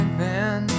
man